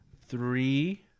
Three